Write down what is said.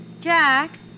Jack